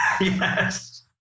Yes